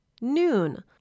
noon